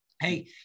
Hey